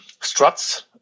Struts